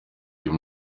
uyu